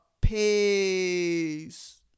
Peace